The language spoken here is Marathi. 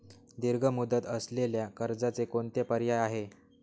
दीर्घ मुदत असलेल्या कर्जाचे कोणते पर्याय आहे?